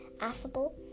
affable